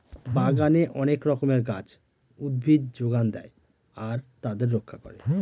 বাগানে অনেক রকমের গাছ, উদ্ভিদ যোগান দেয় আর তাদের রক্ষা করে